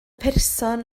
person